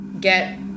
get